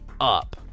up